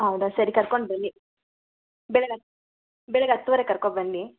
ಹೌದಾ ಸರಿ ಕರ್ಕೊಂಡು ಬನ್ನಿ ಬೆಳಗ್ಗೆ ಬೆಳಗ್ಗೆ ಹತ್ತುವರೆ ಕರಕೋ ಬನ್ನಿ